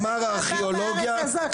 לא היינו בעבר בארץ הזאת?